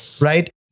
right